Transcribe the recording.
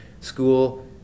school